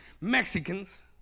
Mexicans